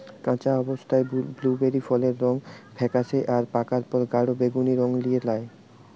কাঁচা অবস্থায় বুলুবেরি ফলের রং ফেকাশে আর পাকার পর গাঢ় বেগুনী রং লিয়ে ল্যায়